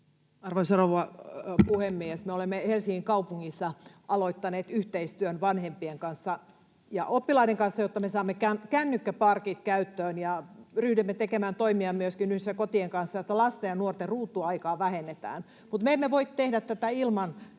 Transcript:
Arvoisa rouva puhemies! Me olemme Helsingin kaupungissa aloittaneet yhteistyön vanhempien kanssa ja oppilaiden kanssa, jotta me saamme kännykkäparkit käyttöön. Ryhdymme tekemään toimia myöskin yhdessä kotien kanssa, että lasten ja nuorten ruutuaikaa vähennetään. Mutta me emme voi tehdä tätä ilman